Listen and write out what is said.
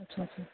اچھا اچھا